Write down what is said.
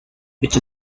which